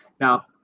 Now